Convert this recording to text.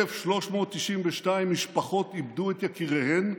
1,392 משפחות איבדו את יקיריהן,